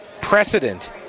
precedent